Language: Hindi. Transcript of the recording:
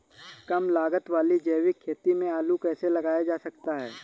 कम लागत वाली जैविक खेती में आलू कैसे लगाया जा सकता है?